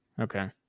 Okay